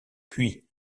puis